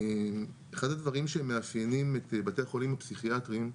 אחד הדברים שמאפיינים את בתי החולים הפסיכיאטרים,